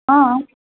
অঁ